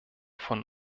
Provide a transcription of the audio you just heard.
von